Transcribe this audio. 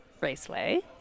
Raceway